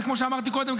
זה כמו שאמרתי קודם,